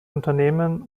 unternehmen